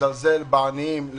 זלזול בעניים,